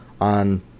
on